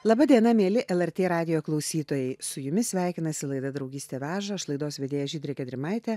laba diena mieli lrt radijo klausytojai su jumis sveikinasi laida draugystė veža aš laidos vedėja žydrė gedrimaitė